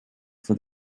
for